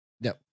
No